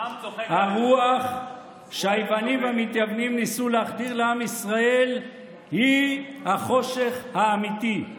הרוח שהיוונים והמתייוונים ניסו להחדיר לעם ישראל היא החושך האמיתי.